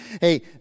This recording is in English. Hey